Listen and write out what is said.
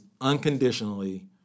unconditionally